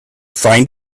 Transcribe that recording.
find